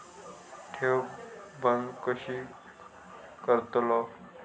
ठेव बंद कशी करतलव?